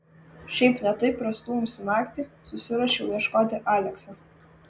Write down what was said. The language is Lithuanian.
šiaip ne taip prastūmusi naktį susiruošiau ieškoti alekso